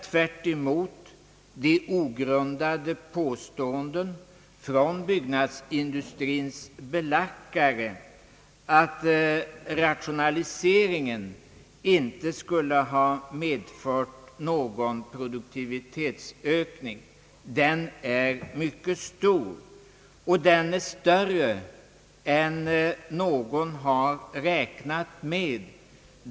Tvärtemot de ogrundade påståendena från byggnadsindustrins belackare att rationaliseringen inte skulle ha medfört någon produktivitetsökning har produktivitetsökningen varit mycket stor och betydligt större än någon har räknat med.